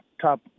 top